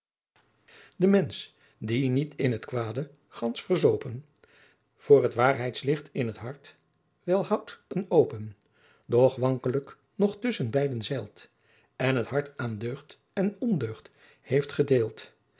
de mensch die niet in t kwade gansch verzopen voor t waarheidslicht in t hart wel houdt een open doch wankelijk nog tusschen beiden zeilt en t hart aan deugd en ondeugd heeft gedeild